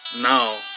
Now